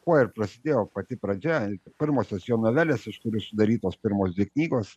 kuo ir prasidėjo pati pradžia pirmosios jo novelės iš kurių sudarytos pirmos dvi knygos